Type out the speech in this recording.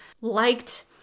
liked